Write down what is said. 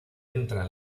entra